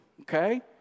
okay